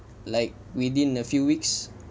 like within a few weeks